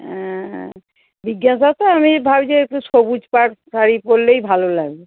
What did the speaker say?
অ্যাঁ বিজ্ঞান সপ্তাহ আমি ভাবছি একটু সবুজ পাড় শাড়ি পরলেই ভালো লাগবে